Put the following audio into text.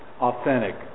authentic